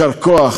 יישר כוח